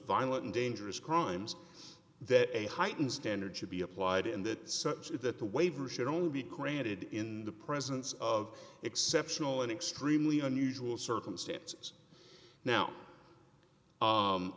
violent and dangerous crimes that a heightened standard should be applied in that such that the waiver should only be granted in the presence of exceptional and extremely unusual circumstances now